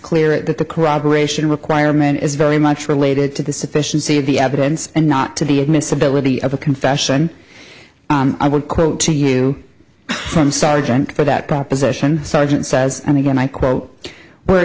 clear that the corroboration requirement is very much related to the sufficiency of the evidence and not to the admissibility of a confession i would quote to you from sergeant for that proposition sergeant says and again i quote where